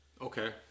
Okay